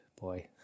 boy